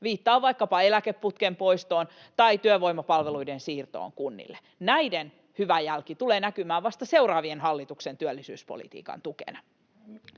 viittaan vaikkapa eläkeputken poistoon tai työvoimapalveluiden siirtoon kunnille. Näiden hyvä jälki tulee näkymään vasta seuraavien hallitusten työllisyyspolitiikan tukena.